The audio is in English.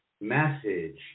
message